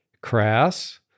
Crass